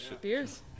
beers